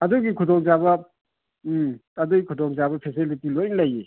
ꯑꯗꯨꯒꯤ ꯈꯨꯗꯣꯡꯆꯥꯕ ꯎꯝ ꯑꯗꯨꯒꯤ ꯈꯨꯗꯣꯡ ꯆꯥꯕ ꯐꯦꯁꯤꯂꯤꯇꯤ ꯂꯣꯏꯅ ꯂꯩꯌꯦ